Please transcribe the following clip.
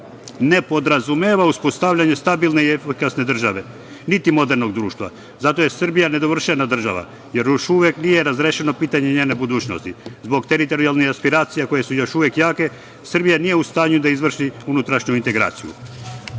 ne podrazumeva uspostavljanje stabilne i efikasne države, niti modernog društva. Zato je Srbija nedovršena država, jer još uvek nije razrešeno pitanje njene budućnosti. Zbog teritorijalnih aspiracija koje su još uvek jake, Srbija nije u stanju da izvrši unutrašnju integraciju. Danas,